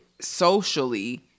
socially